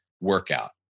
workout